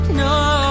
no